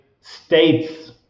states